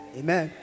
amen